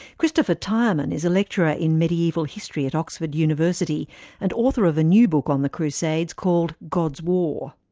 christopher tyerman is a lecturer in mediaeval history at oxford university and author of a new book on the crusades called god's war.